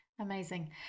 Amazing